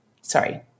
Sorry